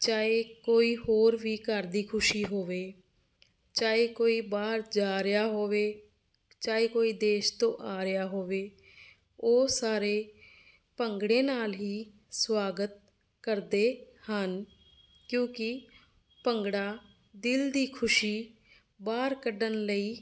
ਚਾਹੇ ਕੋਈ ਹੋਰ ਵੀ ਘਰ ਦੀ ਖੁਸ਼ੀ ਹੋਵੇ ਚਾਹੇ ਕੋਈ ਬਾਹਰ ਜਾ ਰਿਹਾ ਹੋਵੇ ਚਾਹੇ ਕੋਈ ਦੇਸ਼ ਤੋਂ ਆ ਰਿਹਾ ਹੋਵੇ ਉਹ ਸਾਰੇ ਭੰਗੜੇ ਨਾਲ ਹੀ ਸਵਾਗਤ ਕਰਦੇ ਹਨ ਕਿਉਂਕਿ ਭੰਗੜਾ ਦਿਲ ਦੀ ਖੁਸ਼ੀ ਬਾਹਰ ਕੱਢਣ ਲਈ